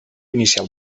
inicial